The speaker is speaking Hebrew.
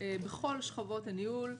בכל שכבות הניהול,